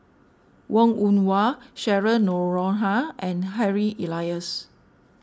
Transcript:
Wong Woon Wah Cheryl Noronha and Harry Elias